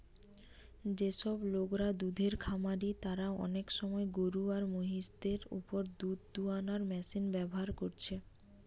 যেসব লোকরা দুধের খামারি তারা অনেক সময় গরু আর মহিষ দের উপর দুধ দুয়ানার মেশিন ব্যাভার কোরছে